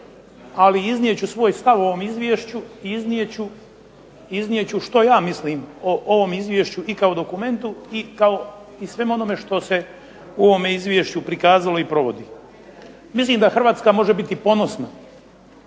ali iznijet ću svoj stav u ovom izvješću i iznijet ću što ja mislim o ovom izvješću i kao dokumentu i kao svemu onome što se u ovome izvješću prikazalo i provodi. Mislim da Hrvatska može biti ponosna